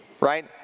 Right